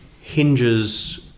hinges